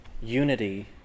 unity